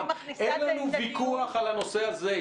אין לנו ויכוח על הנושא הזה.